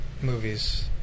movies